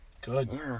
Good